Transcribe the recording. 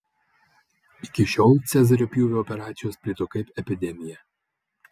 iki šiol cezario pjūvio operacijos plito kaip epidemija